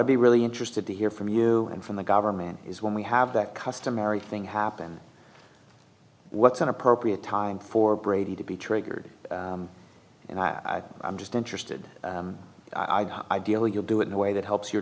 would be really interested to hear from you and from the government is when we have that customary thing happen what's an appropriate time for brady to be triggered and i'm just interested i deal you'll do it in a way that helps your